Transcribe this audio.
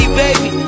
baby